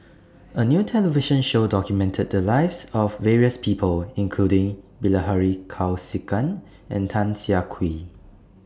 A New television Show documented The Lives of various People including Bilahari Kausikan and Tan Siah Kwee